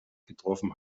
getroffen